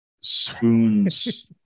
spoons